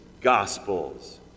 gospels